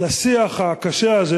לשיח הקשה הזה,